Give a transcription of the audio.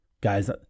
Guys